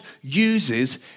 uses